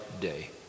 Day